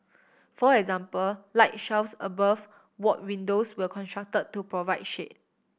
for example light shelves above ward windows were construct to provide shade